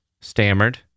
stammered